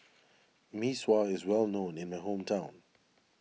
Mee Sua is well known in my hometown